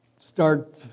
start